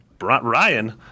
Ryan